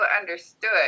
understood